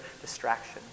distraction